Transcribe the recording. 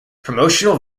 promotional